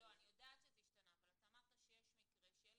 -- זה השתנה ל-90.